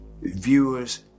viewers